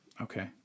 Okay